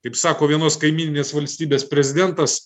kaip sako vienos kaimyninės valstybės prezidentas